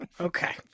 Okay